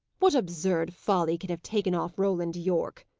what absurd folly can have taken off roland yorke?